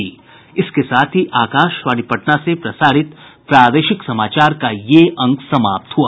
इसके साथ ही आकाशवाणी पटना से प्रसारित प्रादेशिक समाचार का ये अंक समाप्त हुआ